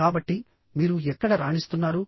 కాబట్టి మీరు ఎక్కడ రాణిస్తున్నారు